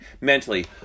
mentally